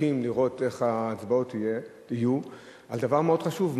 רתוקים לראות איך ההצבעות יהיו על דבר מאוד חשוב,